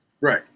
right